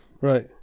right